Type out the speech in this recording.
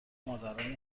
مادران